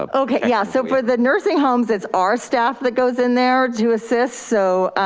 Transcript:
um okay, yeah, so for the nursing homes, it's our staff that goes in there to assist so,